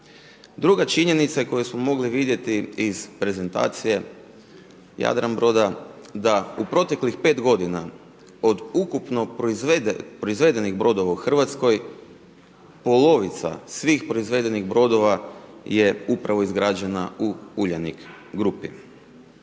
Druga činjnica koju smo mogli vidjeti iz prezentacija Jadran broda, da u proteklih 5 g. od ukupnog proizvedenih broda u Hrvatskoj, polovica svih proizvedenih brodova je upravo izgrađena u Uljanik Grupi.